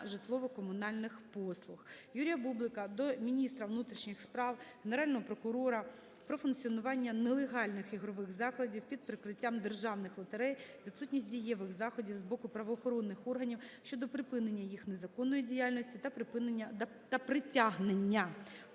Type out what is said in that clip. житлово-комунальних послуг. Юрія Бублика до Міністра внутрішніх справ, Генерального прокурора про функціонування нелегальних ігрових закладів під прикриттям державних лотерей, відсутність дієвих заходів з боку правоохоронних органів щодо припинення їх незаконної діяльності та притягнення